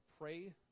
pray